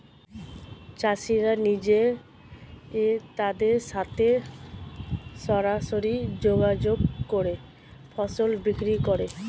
চাষিরা নিজে ক্রেতাদের সাথে সরাসরি যোগাযোগ করে ফসল বিক্রি করে